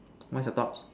what's your thoughts